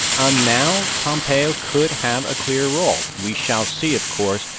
um now pompeo could have a clear role. we shall see, of course,